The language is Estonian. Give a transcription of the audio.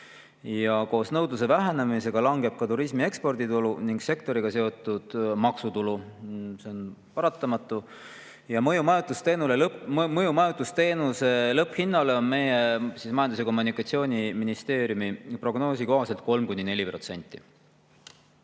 Koos nõudluse vähenemisega langeb ka turismi eksporditulu ning sektoriga seotud maksutulu. See on paratamatu. Mõju majutusteenuse lõpphinnale on meie, Majandus- ja Kommunikatsiooniministeeriumi prognoosi kohaselt 3–4%.